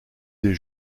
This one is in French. des